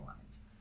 lines